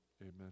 Amen